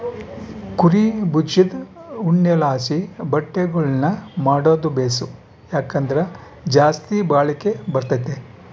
ಕುರೀ ಬುಜದ್ ಉಣ್ಣೆಲಾಸಿ ಬಟ್ಟೆಗುಳ್ನ ಮಾಡಾದು ಬೇಸು, ಯಾಕಂದ್ರ ಜಾಸ್ತಿ ಬಾಳಿಕೆ ಬರ್ತತೆ